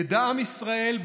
ידע עם ישראל,